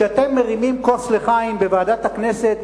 כשאתם מרימים כוס "לחיים" בוועדת הכנסת,